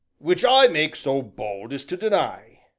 which i make so bold as to deny,